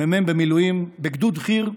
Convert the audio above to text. מ"מ במילואים בגדוד חי"ר,